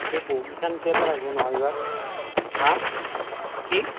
তাতে বহু কেইখন থিয়েটাৰ আহিব নহয় এইবাৰ হাঁ কি